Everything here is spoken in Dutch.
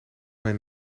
mijn